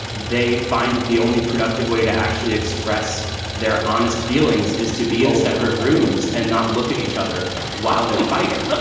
they find that the only productive way to actually express their honest feelings is to be in separate rooms and not look at each other while they're fighting.